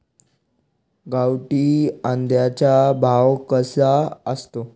गावठी अंड्याचा भाव कसा असतो?